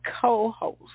co-host